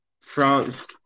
France